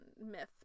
myth